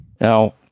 Now